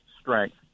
strength